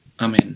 Amen